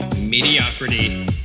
mediocrity